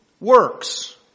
works